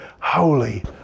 holy